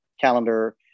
calendar